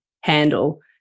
handle